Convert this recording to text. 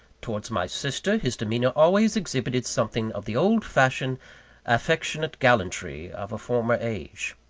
towards my sister, his demeanour always exhibited something of the old-fashioned, affectionate gallantry of a former age.